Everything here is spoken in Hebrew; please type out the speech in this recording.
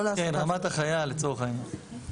כן, רמת החייל לצורך העניין.